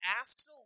asks